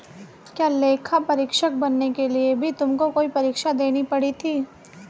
क्या लेखा परीक्षक बनने के लिए भी तुमको कोई परीक्षा देनी पड़ी थी?